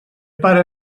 pare